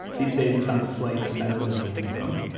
these days it's on display in the center of their living room.